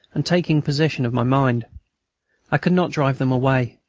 and taking possession of my mind i could not drive them away.